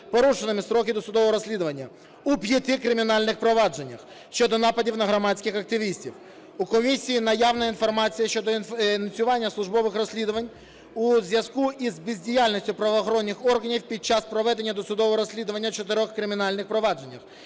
порушеними строки досудового розслідування у п'яти кримінальних провадженнях щодо нападів на громадських активістів. У комісії наявна інформація щодо ініціювання службових розслідувань у зв'язку із бездіяльністю правоохоронних органів під час проведення досудового розслідування у чотирьох кримінальних провадженнях.